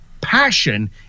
passion